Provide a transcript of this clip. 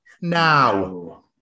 now